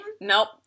Nope